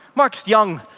mark's young,